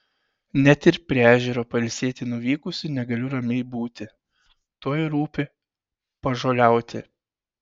net ir prie ežero pailsėti nuvykusi negaliu ramiai būti tuoj rūpi pažoliauti